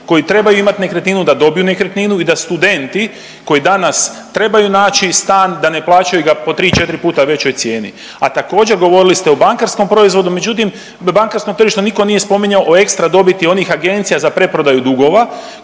koji trebaju imati nekretninu da dobiju nekretninu i da studenti koji danas trebaju naći stan da ne plaćaju ga po tri, četiri puta većoj cijeni. A također govorili ste o bankarskom proizvodu, međutim na bankarskom tržištu nitko nije spominjao o ekstra dobiti onih agencija za preprodaju dugova